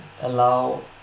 allow